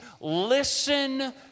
listen